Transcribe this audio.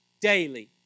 daily